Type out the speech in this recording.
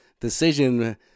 decision